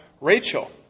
Rachel